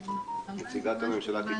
שחייב בבידוד ביתי.